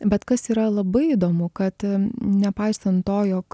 bet kas yra labai įdomu kad nepaisant to jog